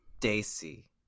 daisy